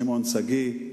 שמעון שגיא,